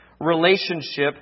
relationship